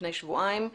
לפני שבועיים,